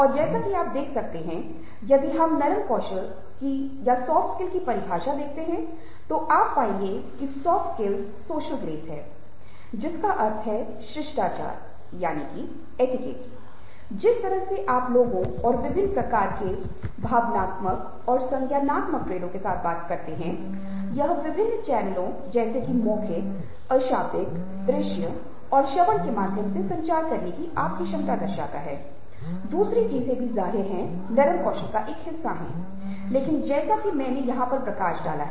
और जैसा कि आप देख सकते हैं यदि हम नरम कौशल सॉफ्ट स्किल्स Soft Skills की परिभाषा देखते हैं तो आप पाएंगे की नरम कौशल soft skills Soft Skills social grace हैं जिसका अर्थ है शिष्टाचार जिस तरह से आप लोगों और विभिन्न प्रकार के भावनात्मक और संज्ञानात्मक ट्रेडों के साथ बातचीत करते हैं यह विभिन्न चैनलों जैसे कि मौखिक अशाब्दिक दृश्य और श्रवण के माध्यम से संचार करने की आपकी क्षमता दर्शाता है दूसरी चीजें भी जाहिर है नरम कौशल का एक हिस्सा हैं लेकिन जैसा कि मैंने यहां पर प्रकाश डाला है